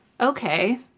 Okay